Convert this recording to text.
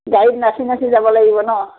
গাড়ীত নাচি নাচি যাব লাগিব ন